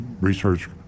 research